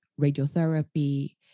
radiotherapy